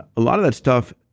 a lot of that stuff,